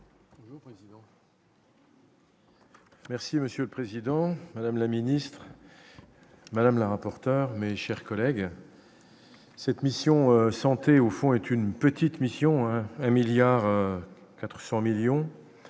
rapporte. Merci Monsieur le Président, Madame la ministre Madame la rapporteure, mes chers collègues, cette mission santé au fond est une petite mission milliard